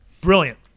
Brilliant